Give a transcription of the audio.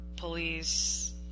police